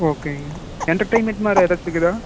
ஓகேங்க என்டெர்டெய்ன்மெண்ட் மாதிரி ஏதாச்சம் இருக்குதா